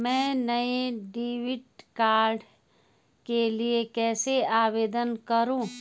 मैं नए debit card के लिए कैसे आवेदन करूं?